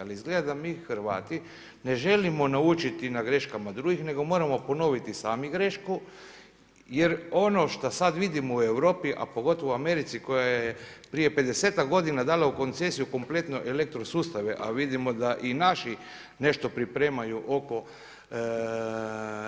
Ali izgleda da mi Hrvati ne želimo naučiti na greškama drugih nego moramo ponoviti sami grešku jer ono što sad vidimo u Europi, a pogotovo u Americi koja je prije pedesetak godina dala u koncesiju kompletno elektrosustave, a vidimo da i naši nešto pripremaju oko